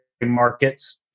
markets